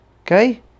Okay